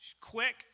quick